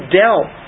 dealt